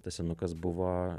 tas senukas buvo